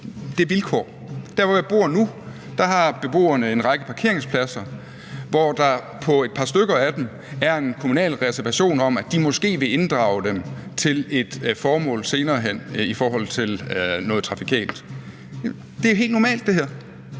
det vilkår. Der, hvor jeg bor nu, har beboerne en række parkeringspladser, hvor der på et par stykker af dem er en kommunal reservation om, at kommunen måske senere vil inddrage dem til noget trafikalt. Det er helt normalt, og